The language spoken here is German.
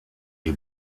die